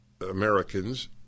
Americans